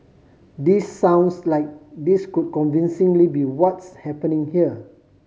this sounds like this could convincingly be what's happening here